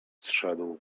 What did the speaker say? zszedł